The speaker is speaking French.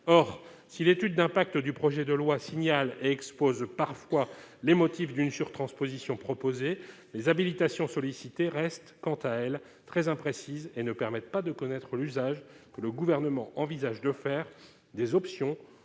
or si l'étude d'impact du projet de loi signale expose parfois les motifs d'une surtransposition proposer les habilitations sollicité reste quant à elle très imprécise et ne permettent pas de connaître l'usage que le gouvernement envisage de faire des options